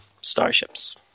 starships